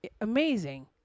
amazing